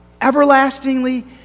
everlastingly